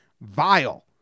vile